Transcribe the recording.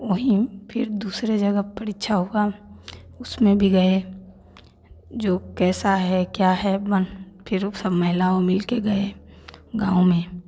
वहीं फिर दूसरे जगह परीक्षा हुआ उसमें भी गए जो कैसा है क्या है मन फिर ऊ सब महिलाओं मिल के गए गाँव में